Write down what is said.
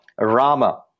Rama